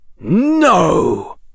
No